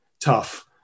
tough